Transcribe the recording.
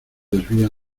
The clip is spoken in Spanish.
desvío